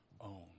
own